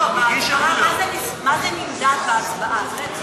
לא, מה זה נמדד בהצבעה?